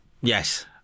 Yes